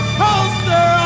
poster